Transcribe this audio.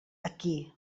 aquí